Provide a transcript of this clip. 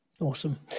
Awesome